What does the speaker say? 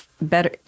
better